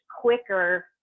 quicker